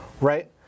Right